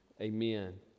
Amen